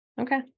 okay